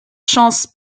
chance